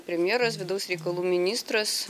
premjeras vidaus reikalų ministras